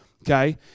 okay